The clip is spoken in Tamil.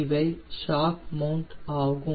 இவை ஷாக் மவுண்ட் ஆகும்